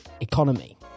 economy